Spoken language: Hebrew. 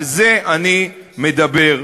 על זה אני מדבר.